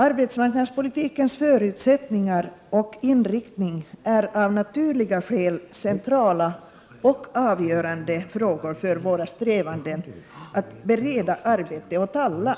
Arbetsmarknadspolitikens förutsättningar och inriktning är av naturliga skäl centrala och avgörande frågor för våra strävanden att bereda arbete åt alla.